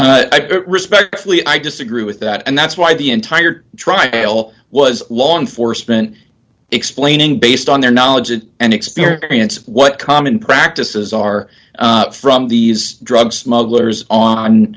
drugs respectfully i disagree with that and that's why the entire trial was law enforcement explaining based on their knowledge and experience what common practices are from these drug smugglers on